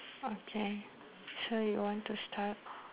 okay so you want to start